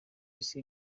polisi